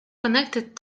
connected